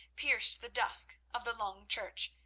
pierced the dusk of the long church,